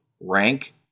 rank